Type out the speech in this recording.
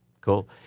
Cool